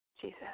Jesus